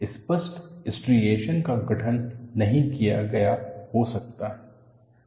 स्पष्ट स्ट्रिएशनस का गठन नहीं किया गया हो सकता है